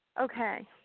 Okay